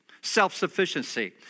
self-sufficiency